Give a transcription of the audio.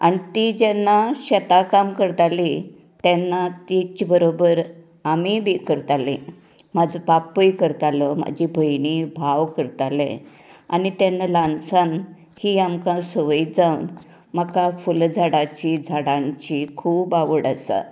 आनी ती जेन्ना शेतांत काम करताली तेन्ना तिच्या बरोबर आमी बी करताली म्हाजो बापूय करतालो म्हाजी भयणी भाव करताले आमी तेन्ना ल्हान सावन ही आमकां सवय जावन म्हाका फुल झाडांची झाडांची खूब आवड आसा